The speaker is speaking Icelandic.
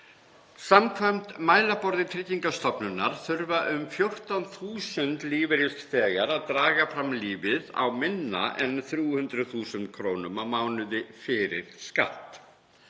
„Samkvæmt mælaborði Tryggingastofnunar þurfa um 14.000 lífeyrisþegar að draga fram lífið á minna en 300.000 kr. á mánuði fyrir skatt.